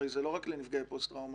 הרי זה לא רק לנפגעי פוסט טראומה.